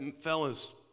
fellas